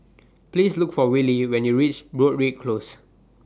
Please Look For Willy when YOU REACH Broadrick Close